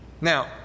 Now